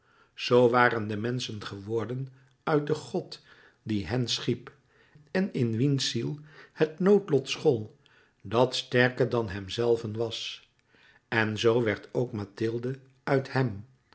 zoo waren de menschen geworden uit den god die hen schiep en in wiens ziel het noodlot school dat sterker dan hemzelven was en z werd ook mathilde uit hèm